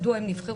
מדוע הם נבחרו,